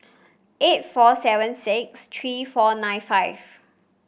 eight four seven six three four nine five